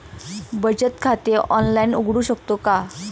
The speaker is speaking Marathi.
बचत खाते ऑनलाइन उघडू शकतो का?